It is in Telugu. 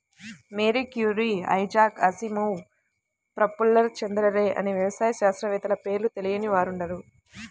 Mary Curie, Isaac Asimov, Prafulla Chandra Ray అనే వ్యవసాయ శాస్త్రవేత్తల పేర్లు తెలియని వారుండరు